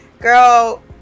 girl